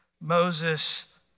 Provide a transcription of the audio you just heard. Moses